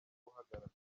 guhagarara